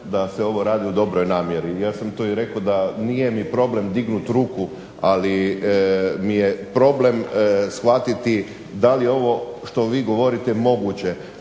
da se ovo radi u dobroj namjeri, ja sam to i rekao da nije mi problem dignuti ruku ali mi je problem shvatiti da li je ovo što vi govorite moguće.